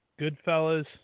Goodfellas